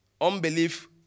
Unbelief